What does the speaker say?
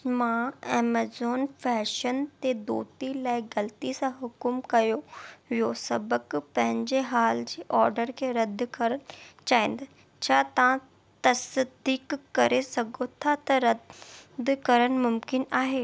मां Amazon fashion ते धोती लाइ ग़लती सां हुकुम कयो वियो सबक़ु पंहिंजे हाल जे ऑडर खे रद्द करण चाहिंद छा तव्हां तसदीक़ु करे सघो था त रद्द करण मुमकिन आहे